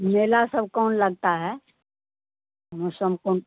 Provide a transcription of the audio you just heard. मेला सब कौन लगता है मौसम कौन